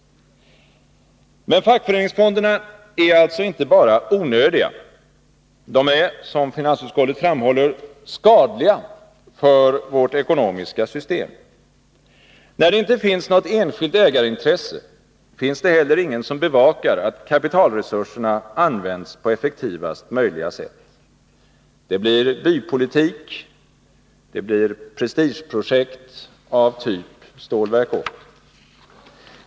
Men fackföreningsfonderna är alltså inte bara onödiga. De är, som finansutskottet framhåller, skadliga för vårt ekonomiska system. När det inte finns något enskilt ägarintresse, finns det heller ingen som bevakar att kapitalresurserna används på effektivaste möjliga sätt. Det blir bypolitik och prestigeprojekt av typ Stålverk 80.